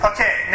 Okay